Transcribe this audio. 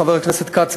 חבר הכנסת כץ,